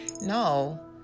no